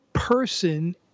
person